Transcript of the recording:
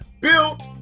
built